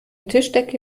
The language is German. tischdecke